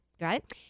right